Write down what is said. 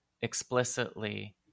explicitly